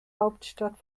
hauptstadt